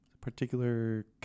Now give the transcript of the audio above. particular